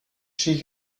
she